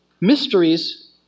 Mysteries